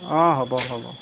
অঁ হ'ব হ'ব